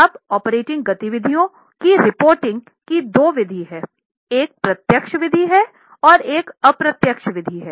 अब ऑपरेटिंग गतिविधियों की रिपोर्टिंग की दो विधियाँ हैं एक प्रत्यक्ष विधि है अन्य एक अप्रत्यक्ष विधि है